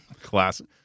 Classic